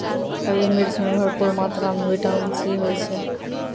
हरी मिर्च मॅ भरपूर मात्रा म विटामिन सी होय छै